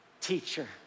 teacher